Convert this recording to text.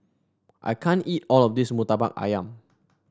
I can't eat all of this murtabak ayam